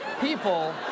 people